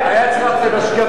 אז הוא היה צריך לעשות להם אשכבה.